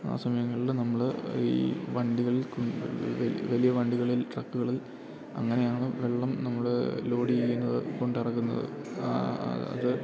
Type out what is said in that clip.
ആ സമയങ്ങളില് നമ്മള് ഈ വണ്ടികൾ ക് വെൽ വെല്യ വണ്ടികളിൽ ട്രക്കുകളിൽ അങ്ങനെയാണ് വെള്ളം നമ്മള് ലോടീയ്യുന്നത് കൊണ്ടെറക്കുന്നത് അത്